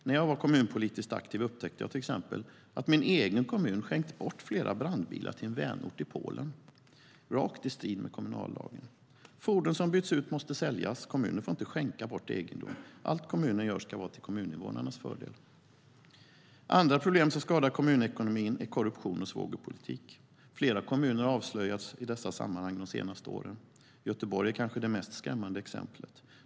När jag var kommunpolitiskt aktiv upptäckte jag till exempel att min egen kommun hade skänkt bort flera brandbilar till en vänort i Polen, helt i strid med kommunallagen. Fordon som byts ut måste säljas. Kommuner får inte skänka bort egendom. Allt kommunen gör ska vara till kommuninvånarnas fördel. Andra problem som skadar kommunekonomin är korruption och svågerpolitik. Flera kommuner har avslöjats i dessa sammanhang de senaste åren. Göteborg är kanske det mest skrämmande exemplet.